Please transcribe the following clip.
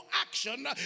action